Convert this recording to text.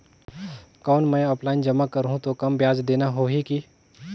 कौन मैं ऑफलाइन जमा करहूं तो कम ब्याज देना होही की?